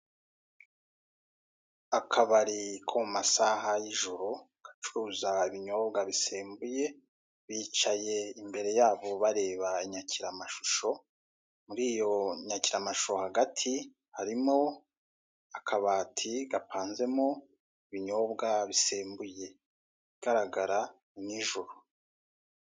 Akabari ko mu masaha y'ijoro gacuruza ibinyobwa bisembuye bicaye imbere yabo bareba inyakiramashusho, muri iyo nyakiramashusho hagati harimo akabati gapanzemo ibinyobwa bisembuye mu bigaragara ni nijoro.